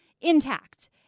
intact